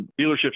Dealerships